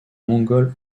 mongols